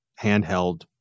handheld